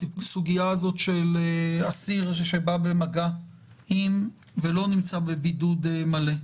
הסוגיה של אסיר שבא במגע עם ולא נמצא בבידוד מלא.